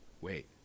wait